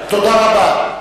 תודה רבה.